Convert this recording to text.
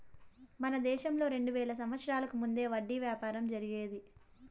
మన దేశంలో రెండు వేల సంవత్సరాలకు ముందే వడ్డీ వ్యాపారం జరిగేది